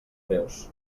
greus